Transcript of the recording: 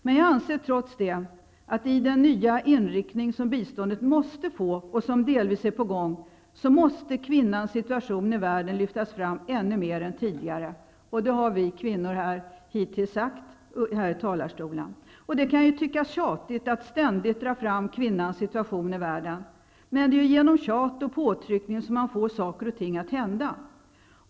Men jag anser trots det att i den nya inriktning som biståndet måste få och som delvis är på gång, måste kvinnans situation i världen lyftas fram ännu mer än tidigare -- och det har vi kvinnor hittills sagt här från talarstolen. Det kan ju tyckas tjatigt att ständigt dra fram kvinnans situation i världen. Men det är genom tjat och påtryckningar som man får saker och ting att hända.